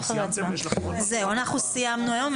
אנחנו סיימנו היום.